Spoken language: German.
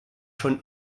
schon